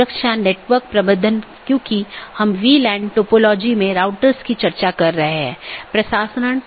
update message का उपयोग व्यवहार्य राउटरों को विज्ञापित करने या अव्यवहार्य राउटरों को वापस लेने के लिए किया जाता है